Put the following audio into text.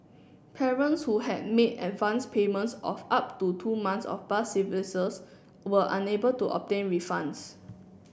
parents who had made advance payments of up to two months of bus services were unable to obtain refunds